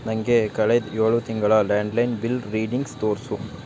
ನನಗೆ ಕಳೆದ ಏಳು ತಿಂಗಳ ಲ್ಯಾಂಡ್ಲೈನ್ ಬಿಲ್ ರೀಡಿಂಗ್ಸ್ ತೋರಿಸು